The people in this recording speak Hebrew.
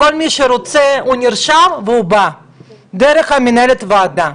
כל מי שרוצה נרשם דרך מנהלת הוועדה,